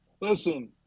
Listen